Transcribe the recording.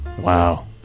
Wow